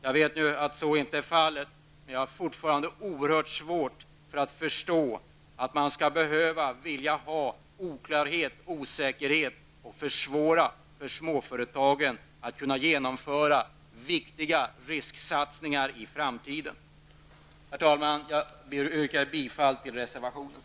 Jag vet ju att så inte är fallet, men jag har fortfarande oerhört svårt att förstå att man skulle vilja ha oklarhet och osäkerhet och att man vill försvåra för småföretagen att kunna genomföra viktiga risksatsningar i framtiden. Herr talman! Jag ber att få yrka bifall till reservationen.